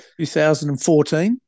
2014